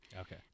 okay